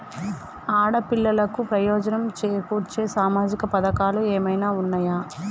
ఆడపిల్లలకు ప్రయోజనం చేకూర్చే సామాజిక పథకాలు ఏమైనా ఉన్నయా?